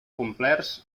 complerts